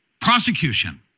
prosecution